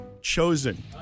Chosen